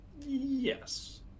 Yes